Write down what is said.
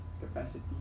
capacity